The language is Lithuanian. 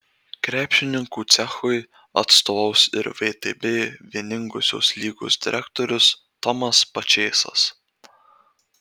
krepšininkų cechui atstovaus ir vtb vieningosios lygos direktorius tomas pačėsas